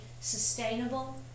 sustainable